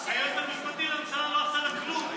היועץ המשפטי לממשלה לא עשה לה כלום.